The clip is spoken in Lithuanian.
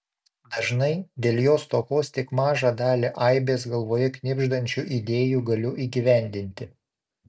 dažnai dėl jo stokos tik mažą dalį aibės galvoje knibždančių idėjų galiu įgyvendinti